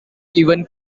even